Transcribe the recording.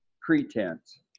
pretense